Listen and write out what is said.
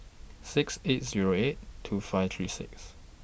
six eight Zero eight two five three six